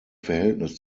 verhältnis